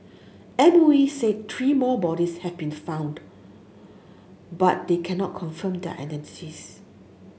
M O E said three more bodies have been found but they cannot confirm their identities